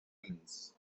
humans